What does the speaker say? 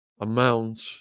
amount